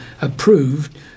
approved